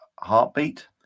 heartbeat